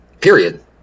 Period